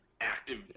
active